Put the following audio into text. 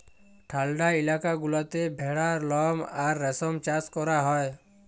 ঠাল্ডা ইলাকা গুলাতে ভেড়ার লম আর রেশম চাষ ক্যরা হ্যয়